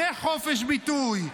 זה חופש ביטוי,